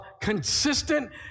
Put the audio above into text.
consistent